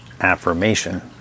affirmation